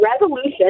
resolution